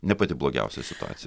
ne pati blogiausia situacija